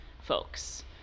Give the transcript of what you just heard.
folks